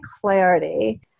clarity